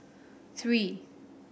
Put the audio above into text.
three